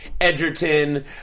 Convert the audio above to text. Edgerton